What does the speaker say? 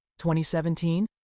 2017